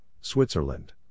Switzerland